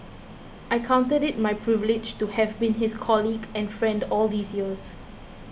I counted it my privilege to have been his colleague and friend all these years